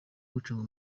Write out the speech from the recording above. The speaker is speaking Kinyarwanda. gucunga